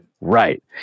Right